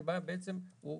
שבה בעצם הוא